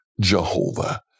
Jehovah